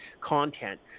content